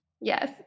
Yes